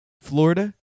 Florida